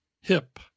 hip